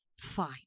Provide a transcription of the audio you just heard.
Fine